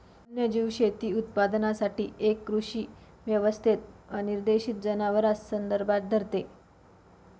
वन्यजीव शेती उत्पादनासाठी एक कृषी व्यवस्थेत अनिर्देशित जनावरांस संदर्भात धरते